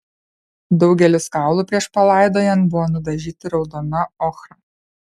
daugelis kaulų prieš palaidojant buvo nudažyti raudona ochra